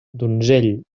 donzell